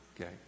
okay